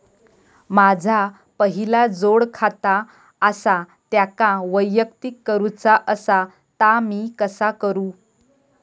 माझा पहिला जोडखाता आसा त्याका वैयक्तिक करूचा असा ता मी कसा करू?